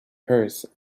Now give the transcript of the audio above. purse